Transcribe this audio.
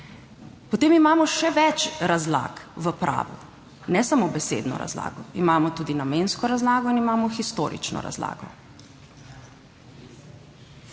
Potem imamo še več razlag v pravu, ne samo besedno razlago, imamo tudi namensko razlago in imamo historično razlago.